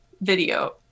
video